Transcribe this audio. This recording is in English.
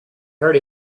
heard